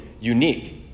unique